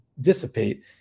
dissipate